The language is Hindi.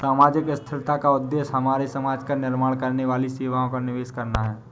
सामाजिक स्थिरता का उद्देश्य हमारे समाज का निर्माण करने वाली सेवाओं का निवेश करना है